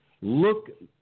Look